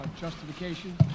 justification